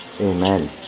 Amen